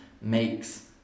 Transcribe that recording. makes